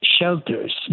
shelters